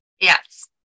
Yes